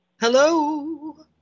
Hello